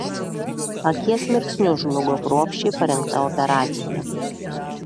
akies mirksniu žlugo kruopščiai parengta operacija